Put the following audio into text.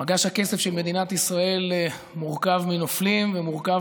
מגש הכסף של מדינת ישראל מורכב מנופלים ומורכב